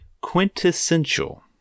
Quintessential